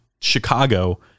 Chicago